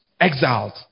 exiled